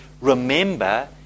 remember